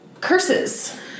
curses